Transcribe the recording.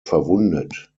verwundet